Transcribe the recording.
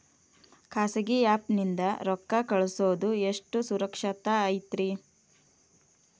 ಖಾಸಗಿ ಆ್ಯಪ್ ನಿಂದ ರೊಕ್ಕ ಕಳ್ಸೋದು ಎಷ್ಟ ಸುರಕ್ಷತಾ ಐತ್ರಿ?